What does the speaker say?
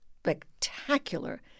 spectacular